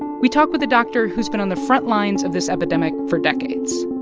we talk with a doctor who's been on the frontlines of this epidemic for decades